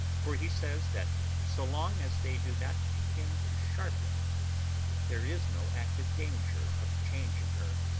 for he says that so long as they do not begin to sharpen there is no active danger of a change in her.